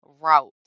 route